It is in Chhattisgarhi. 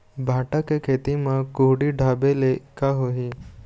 भांटा के खेती म कुहड़ी ढाबे ले का होही?